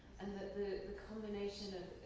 and that the combination of,